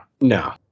No